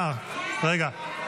אה, רגע.